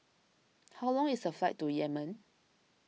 how long is the flight to Yemen